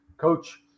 Coach